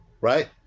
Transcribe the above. right